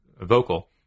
vocal